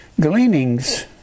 Gleanings